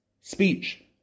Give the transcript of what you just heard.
speech